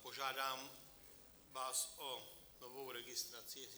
Požádám vás o novou registraci.